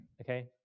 Okay